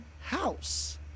House